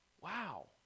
Wow